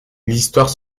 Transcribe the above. l’histoire